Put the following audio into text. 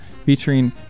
featuring